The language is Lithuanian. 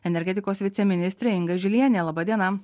energetikos viceministrė inga žilienė laba diena